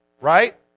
right